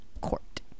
court